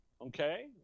Okay